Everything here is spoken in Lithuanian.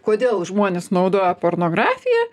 kodėl žmonės naudoja pornografiją